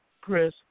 Chris